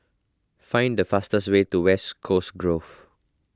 find the fastest way to West Coast Grove